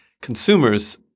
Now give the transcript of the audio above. consumers